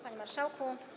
Panie Marszałku!